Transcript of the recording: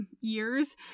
years